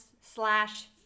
slash